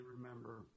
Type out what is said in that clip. remember